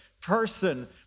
person